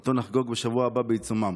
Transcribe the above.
שאותו נחגוג בשבוע הבא, בעיצומן.